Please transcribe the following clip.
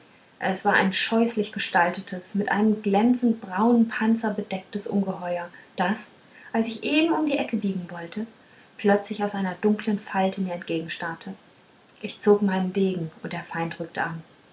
es war ein scheußlich gestaltetes mit einem glänzenden braunen panzer bedecktes ungeheuer das als ich eben um die ecke biegen wollte plötzlich aus einer dunkeln falte mir entgegenstarrte ich zog meinen degen und der feind rückte an